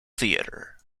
theater